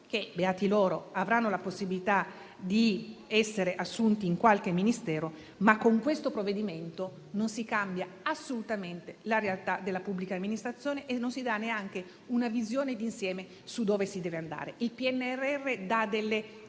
che - beati loro - avranno la possibilità di essere assunti in qualche Ministero. Con questo provvedimento non si cambia assolutamente la realtà della pubblica amministrazione e non si dà neanche una visione d'insieme su dove si deve andare. Il PNRR individua